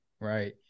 right